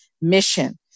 mission